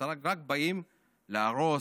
אתם רק באים להרוס,